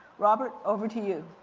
robert, over to you.